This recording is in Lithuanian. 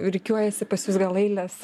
rikiuojasi pas jus gal eilės